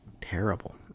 terrible